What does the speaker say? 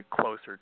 closer